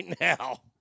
now